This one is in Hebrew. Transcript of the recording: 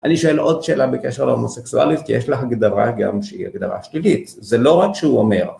אני שואל עוד שאלה בקשר להומוסקסואלית, כי יש לך גדרה גם שהיא הגדרה שלילית, זה לא רק שהוא אומר.